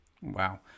wow